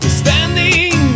standing